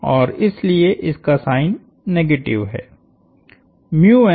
और इसलिए इसका साइन निगेटिव है